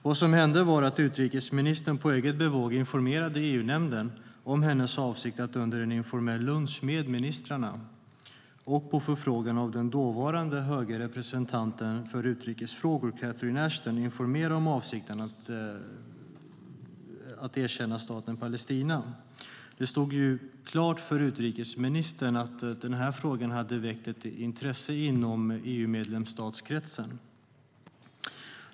Vad som hände var att utrikesministern på eget bevåg informerade EU-nämnden om sin avsikt att under en informell lunch med ministrarna och på förfrågan av den dåvarande höga representanten för utrikesfrågor Catherine Ashton informera om avsikten att erkänna Staten Palestina. Det stod klart för utrikesministern att den här frågan hade väckt intresse inom EU-medlemsstatskretsen.